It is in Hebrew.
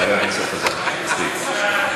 חבר הכנסת חזן, מספיק.